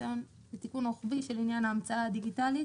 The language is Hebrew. ניסיון לתיקון רוחבי של עניין ההמצאה הדיגיטלית,